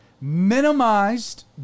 minimized